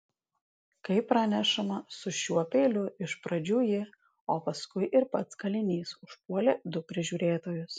kaip pranešama su šiuo peiliu iš pradžių ji o paskui ir pats kalinys užpuolė du prižiūrėtojus